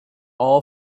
all